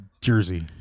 Jersey